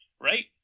right